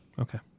Okay